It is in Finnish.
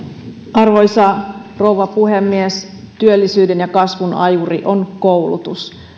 arvoisa rouva puhemies työllisyyden ja kasvun ajuri on koulutus